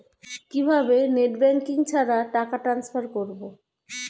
কিভাবে net banking ছাড়া টাকা টান্সফার করব?